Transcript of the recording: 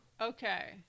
Okay